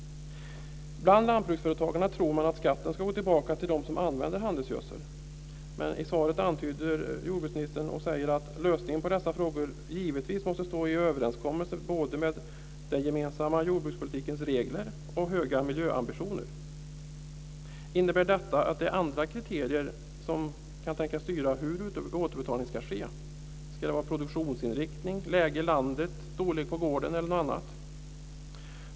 Bland lantbruksföretagarna tror man att skatten ska gå tillbaka till dem som använder handelsgödsel, men i svaret säger jordbruksministern att lösningen på dessa frågor givetvis måste stå i överensstämmelse både med den gemensamma jordbrukspolitikens regler och höga miljöambitioner. Innebär detta att det är andra kriterier som kan tänkas styra hur återbetalningen ska ske? Ska det vara produktionsinriktning, läge i landet, storlek på gården eller något annat?